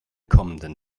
kommenden